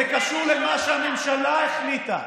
זה קשור למה שהממשלה החליטה.